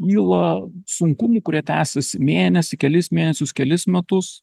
kyla sunkumų kurie tęsias mėnesį kelis mėnesius kelis metus